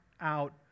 out